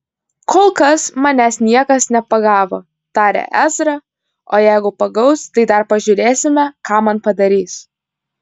kol kas manęs niekas nepagavo tarė ezra o jeigu pagaus tai dar pažiūrėsime ką man padarys